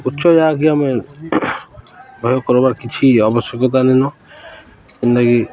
ଉଚ୍ଚ ଯାହାକି ଆମେ ଭୟ କରବାର କିଛି ଆବଶ୍ୟକତା ନାଇଁନ ଯେନ୍ତାକି